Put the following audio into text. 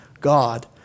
God